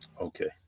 Okay